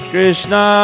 Krishna